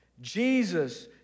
Jesus